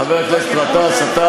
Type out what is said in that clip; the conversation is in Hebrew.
חבר הכנסת גטאס,